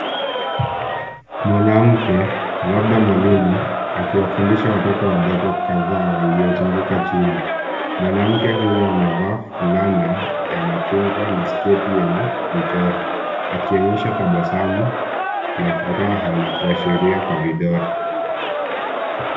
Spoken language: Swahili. Mwanamke labda mwalimu akiwafundisha watoto wadogo kadhaa waliozunguka chini. Mwanamke huyu amevaa fulana ya machungwa na sketi yenye michoro akionyesha tabasamu na furaha na kuashiria kwa vidole.